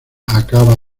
acaba